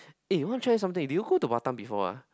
eh want try something did you go to Batam before ah